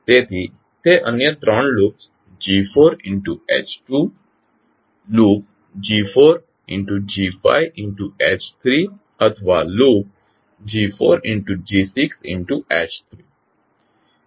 તેથી તે અન્ય 3 લૂપ્સ G4sH2 લૂપG4sG5sH3 અથવા લૂપ G4sG6sH3